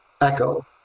Echo